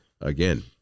again